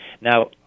Now